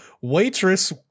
Waitress